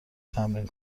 تمرین